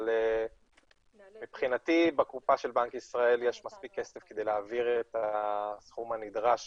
אבל מבחינתי בקופה של בנק ישראל יש מספיק כסף כדי להעביר את הסכום הנדרש